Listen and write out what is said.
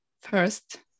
first